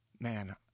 Man